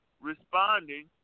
responding